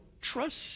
trust